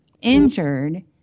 injured